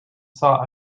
saw